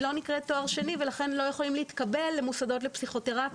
היא לא נקראת תואר שני ולכן לא יכולים להתקבל למוסדות לפסיכותרפיה.